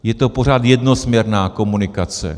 Je to pořád jednosměrná komunikace.